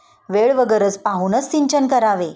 वेळ व गरज पाहूनच सिंचन करावे